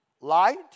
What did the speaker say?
Light